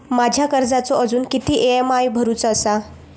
माझ्या कर्जाचो अजून किती ई.एम.आय भरूचो असा?